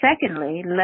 Secondly